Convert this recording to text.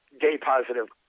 gay-positive